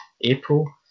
April